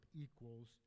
equals